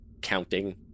counting